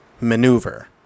maneuver